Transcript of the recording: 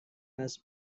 است